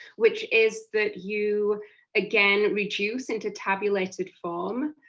which is that you again reduce into tabulated form,